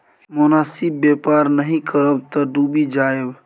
मोनासिब बेपार नहि करब तँ डुबि जाएब